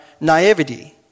naivety